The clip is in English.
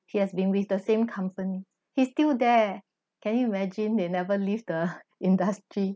he has been with the same company he's still there can you imagine they never leave the industry